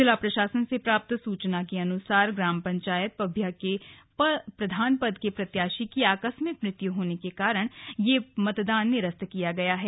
जिला प्रशासन से प्राप्त जानकारी के अनुसार ग्राम पंचायत पभ्या के प्रधान पद के प्रत्याशी की आकस्मिक मृत्यु के कारण ये मतदान निरस्त किया गया है